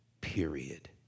Period